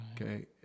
okay